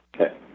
Okay